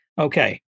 okay